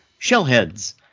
Shellheads